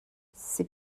ses